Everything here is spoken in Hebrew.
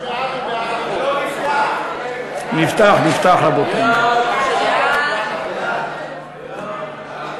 הודעת הממשלה על רצונה להחיל דין רציפות על הצעת חוק לקידום התחרות